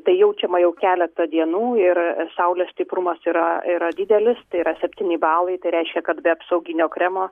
tai jaučiama jau keletą dienų ir saulės stiprumas yra yra didelis tai yra septyni balai tai reiškia kad be apsauginio kremo